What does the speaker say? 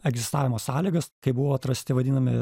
egzistavimo sąlygas kai buvo atrasti vadinami